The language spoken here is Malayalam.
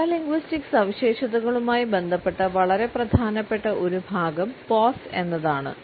പാരാലിംഗുസ്റ്റിക് സവിശേഷതകളുമായി ബന്ധപ്പെട്ട വളരെ പ്രധാനപ്പെട്ട ഒരു ഭാഗം പോസ് എന്നതാണ്